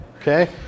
Okay